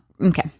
Okay